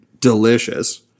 delicious